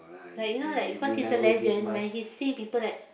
like you know like because he's a legend when he sing people like